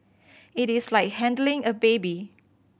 it is like handling a baby